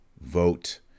vote